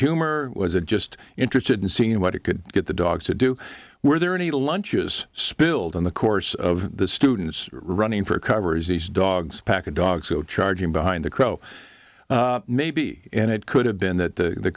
humor was a just interested in seeing what it could get the dogs to do were there any lunches spilled in the course of the students running for cover as these dogs pack a dog so charging behind the crow maybe and it could have been that